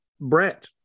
Brett